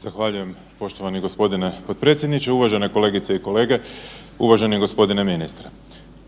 Zahvaljujem poštovani g. potpredsjedniče. Uvaženi kolegice i kolege. Uvaženi g. ministre.